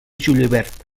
julivert